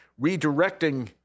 Redirecting